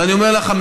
ואני אומר לך,